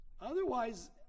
Otherwise